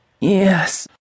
Yes